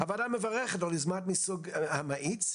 הוועדה מברכת על יוזמות מסוג המאיץ,